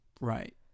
Right